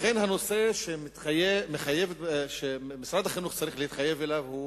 לכן, הנושא שמשרד החינוך צריך להתחייב אליו הוא